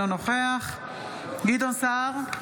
אינו נוכח גדעון סער,